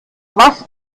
was